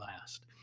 last